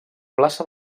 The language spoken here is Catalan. plaça